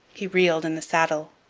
he reeled in the saddle,